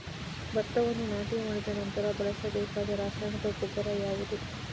ಭತ್ತವನ್ನು ನಾಟಿ ಮಾಡಿದ ನಂತರ ಬಳಸಬೇಕಾದ ರಾಸಾಯನಿಕ ಗೊಬ್ಬರ ಯಾವುದು?